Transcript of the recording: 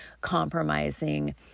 compromising